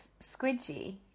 squidgy